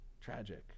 Tragic